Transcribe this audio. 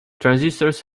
transistors